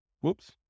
Whoops